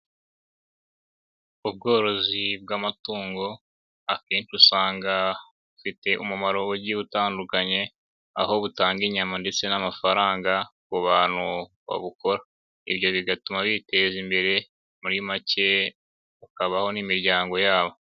Ubworozi bw'amatungo, akenshi usanga bufite umumaro ugiye utandukanye, aho butanga inyama ndetse n'amafaranga ku bantu babukora. Ibyo bigatuma biteza imbere, muri make ukabaho n'imiryango yabo.